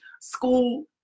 school